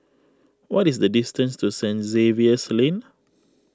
what is the distance to Saint Xavier's Lane